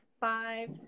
five